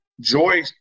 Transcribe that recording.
joy